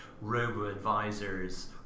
robo-advisors